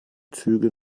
züge